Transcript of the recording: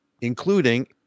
including